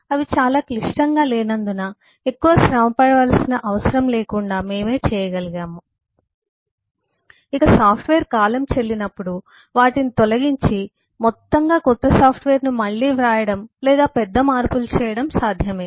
అవి చాలా క్లిష్టంగా లేనందున ఎక్కువ శ్రమ పడవలసిన అవసరం లేకుండా మేమే చేయగలిగాము ఇక సాఫ్ట్వేర్ కాలం చెల్లినప్పుడు వాటిని తొలగించి మొత్తంగా కొత్త సాఫ్ట్వేర్ను మళ్లీ వ్రాయడం లేదా పెద్ద మార్పులు చేయడం సాధ్యమే